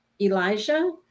Elijah